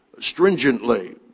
stringently